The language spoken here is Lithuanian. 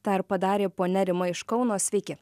tą ir padarė ponia rima iš kauno sveiki